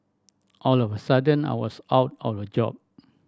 all of a sudden I was out of a job